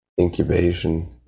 incubation